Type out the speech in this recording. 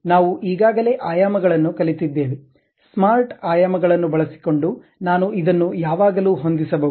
ನಾವು ಈಗಾಗಲೇ ಆಯಾಮಗಳನ್ನು ಕಲಿತಿದ್ದೇವೆ ಸ್ಮಾರ್ಟ್ ಆಯಾಮಗಳನ್ನು ಬಳಸಿಕೊಂಡು ನಾನು ಇದನ್ನು ಯಾವಾಗಲೂ ಹೊಂದಿಸಬಹುದು